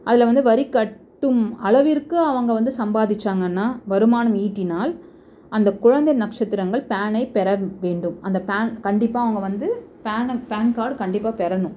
அதில் வந்து வரி கட்டும் அளவிற்கு அவங்க வந்து சம்பாதித்தாங்கன்னா வருமானம் ஈட்டினால் அந்த குழந்தை நக்ஷத்திரங்கள் பேனை பெற வேண்டும் அந்த பேன் கண்டிப்பாக அவங்க வந்து பேனை பேன் கார்ட் கண்டிப்பாக பெறணும்